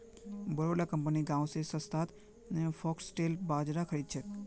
बोरो ला कंपनि गांव स सस्तात फॉक्सटेल बाजरा खरीद छेक